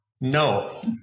No